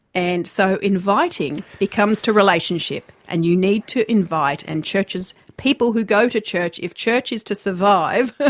and so inviting becomes to relationship and you need to invite. and churches, people who go to church, if church is to survive,